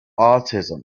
autism